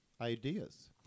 Ideas